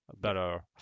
better